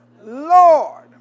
Lord